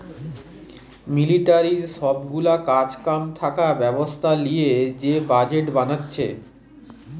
মিলিটারির সব গুলা কাজ কাম থাকা ব্যবস্থা লিয়ে যে বাজেট বানাচ্ছে